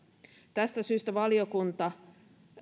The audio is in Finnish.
tästä syystä valiokunta